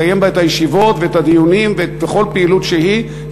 לקיים בה את הישיבות ואת הדיונים וכל פעילות שהיא,